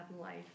life